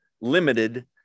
limited